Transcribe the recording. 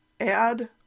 add